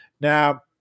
Now